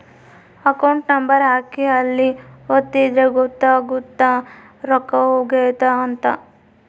account number ಹಾಕಿ ಅಲ್ಲಿ ಒತ್ತಿದ್ರೆ ಗೊತ್ತಾಗುತ್ತ ರೊಕ್ಕ ಹೊಗೈತ ಅಂತ